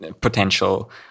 potential